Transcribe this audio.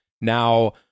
Now